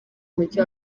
mujyi